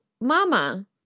Mama